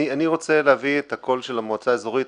אני רוצה להביא את הקול של המועצה האזורית,